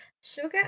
sugar